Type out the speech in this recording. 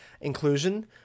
inclusion